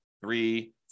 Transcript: three